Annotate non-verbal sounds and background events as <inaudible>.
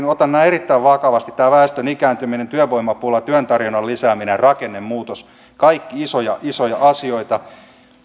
<unintelligible> otan nämä erittäin vakavasti väestön ikääntyminen työvoimapula työn tarjonnan lisääminen ja rakennemuutos kaikki isoja isoja asioita